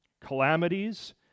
Calamities